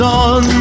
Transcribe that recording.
on